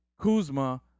Kuzma